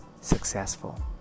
successful